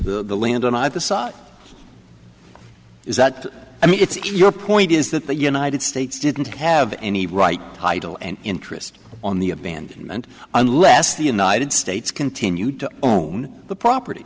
land on either side is that i mean it's your point is that the united states didn't have any right title and interest on the abandonment unless the united states continue to own the property